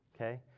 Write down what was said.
Okay